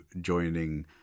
joining